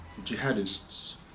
jihadists